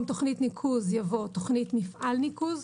"תכניות ניקוז" יבוא "תכניות מפעל ניקוז",